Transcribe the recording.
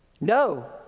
no